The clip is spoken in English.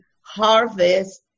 harvest